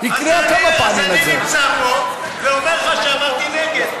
אז היה דבר כזה, אמרתי נגד.